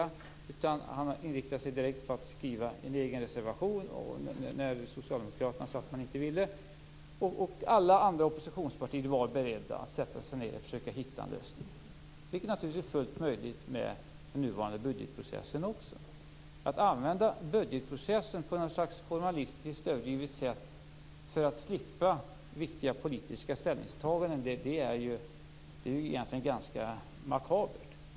Per-Ola Eriksson inriktade sig direkt på att skriva en egen reservation när socialdemokraterna sade att de inte ville ha detta. Alla andra oppositionspartier var beredda att sätta sig ned och försöka hitta en lösning, vilket naturligtvis är fullt möjligt med den nuvarande budgetprocessen också. Att använda budgetprocessen på något slags formalistiskt överdrivet sätt för att slippa viktiga politiska ställningstaganden är egentligen ganska makabert.